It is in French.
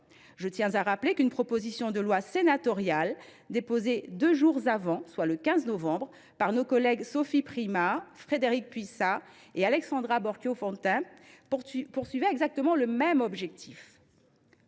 Je tiens à rappeler qu’une proposition de loi sénatoriale qui avait été déposée deux jours plus tôt, le 15 novembre, par nos collègues Sophie Primas, Frédérique Puissat, Alexandra Borchio Fontimp, visait exactement le même objectif.